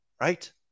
right